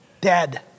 Dead